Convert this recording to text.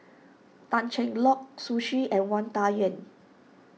Tan Cheng Lock Zhu Xu and Wang Dayuan